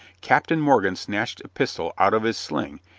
captain morgan snatched a pistol out of his sling,